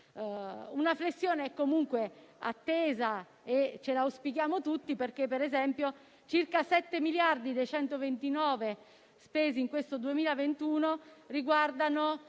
Una flessione è comunque attesa e la auspichiamo tutti, perché per esempio circa 7 miliardi dei 129 spesi in questo 2021 sono